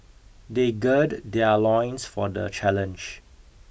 they gird their loins for the challenge